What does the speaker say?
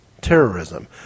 terrorism